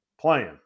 playing